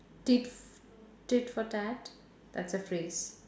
tit f~ tit for tat that's a phrase